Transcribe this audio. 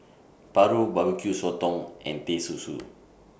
Paru Barbecue Sotong and Teh Susu